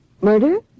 Murder